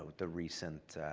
the recent